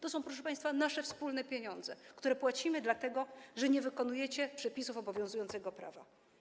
To są, proszę państwa, nasze wspólne pieniądze, które płacimy, dlatego że nie wykonujecie przepisów obowiązującego prawa.